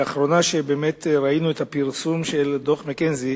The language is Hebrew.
לאחרונה, כשראינו את הפרסום של דוח "מקינזי",